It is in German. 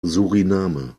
suriname